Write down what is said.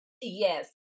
Yes